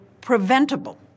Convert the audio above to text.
preventable